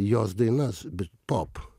jos dainas pop